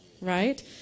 right